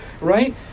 right